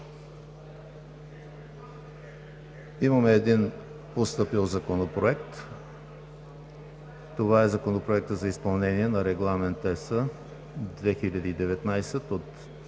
Имаме един постъпил Законопроект. Това е Законопроектът за изпълнение на Регламент (ЕС) 2019/125